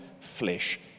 flesh